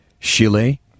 Chile